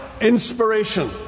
inspiration